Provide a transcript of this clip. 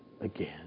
again